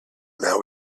now